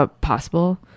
possible